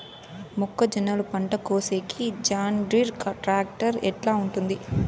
మొక్కజొన్నలు పంట కోసేకి జాన్డీర్ టాక్టర్ ఎట్లా ఉంటుంది?